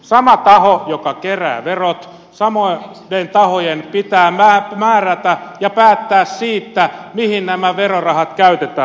samojen tahojen jotka keräävät verot pitää määrätä ja päättää siitä mihin nämä verorahat käytetään